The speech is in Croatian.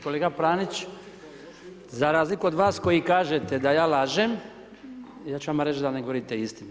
Kolega Pranić, za razliku od vas koji kažete da ja lažem, ja ću vama reći da ne govorite istinu.